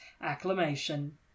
acclamation